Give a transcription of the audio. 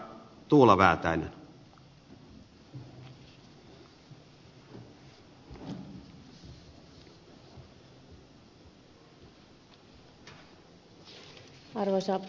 arvoisa herra puhemies